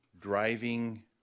driving